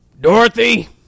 Dorothy